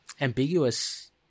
ambiguous